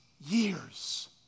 years